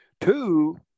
two